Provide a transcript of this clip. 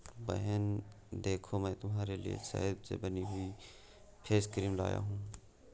बहन देखो मैं तुम्हारे लिए शहद से बनी हुई फेस क्रीम लाया हूं